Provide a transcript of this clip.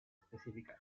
específica